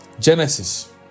Genesis